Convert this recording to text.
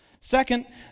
Second